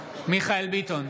מיכאל מרדכי ביטון,